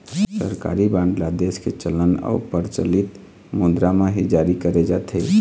सरकारी बांड ल देश के चलन अउ परचलित मुद्रा म ही जारी करे जाथे